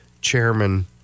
chairman